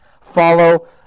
follow